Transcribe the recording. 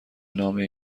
نامه